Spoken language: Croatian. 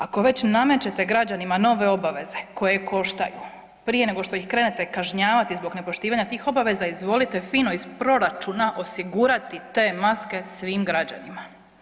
Ako već namećete građanima nove obaveze koje koštaju, prije nego što ih krenete kažnjavati zbog nepoštivanja tih obaveza izvolite fino iz proračuna osigurati te maske svim građanima.